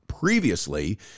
previously